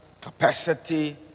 capacity